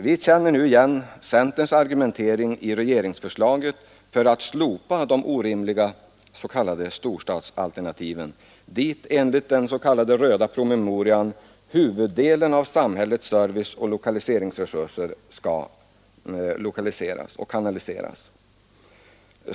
Vi känner nu i regeringsförslaget igen centerns argumentering för att slopa de orimliga storstadsalternativen, dit enligt den s.k. röda promemorian huvuddelen av samhällets service och lokaliseringsresurser skall kanaliseras.